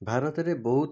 ଭାରତରେ ବହୁତ